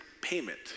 payment